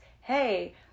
hey